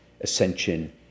ascension